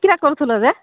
କ'ଣ କରୁଥିଲ ଯେ